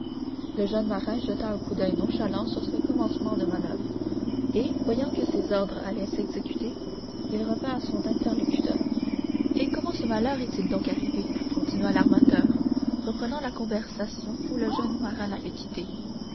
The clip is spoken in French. le jeune marin jeta un coup d'oeil nonchalant sur ce commencement de manoeuvre et voyant que ses ordres allaient s'exécuter il revint à son interlocuteur et comment ce malheur est-il donc arrivé continua l'armateur reprenant la conversation où le jeune marin l'avait quittée